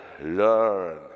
Learn